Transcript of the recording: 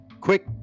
quick